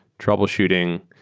troubleshooting,